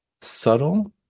subtle